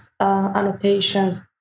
annotations